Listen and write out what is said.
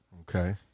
Okay